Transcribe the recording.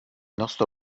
nostro